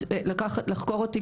לחקור אותי,